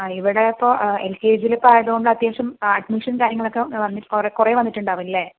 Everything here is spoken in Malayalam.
ആ ഇവിടെയിപ്പോൾ എൽ കെ ജിയിലിപ്പോൾ ആയതുകൊണ്ട് അത്യാവശ്യം അഡ്മിഷൻ കാര്യങ്ങളൊക്കേ വന്നിട്ട് കുറേ കുറേ വന്നിട്ടുണ്ടാവുമല്ലേ